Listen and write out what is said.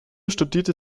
studierte